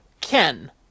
Ken